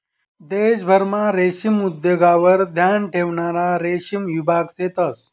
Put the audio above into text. देशभरमा रेशीम उद्योगवर ध्यान ठेवणारा रेशीम विभाग शेतंस